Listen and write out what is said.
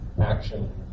Action